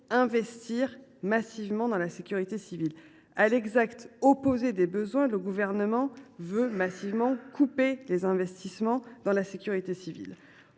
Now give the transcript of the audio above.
investir massivement dans la sécurité civile. À l’exact opposé des besoins, le Gouvernement veut massivement couper les investissements dans le domaine de